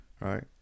Right